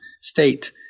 State